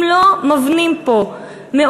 אם לא מבנים פה מעונות-יום,